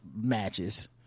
matches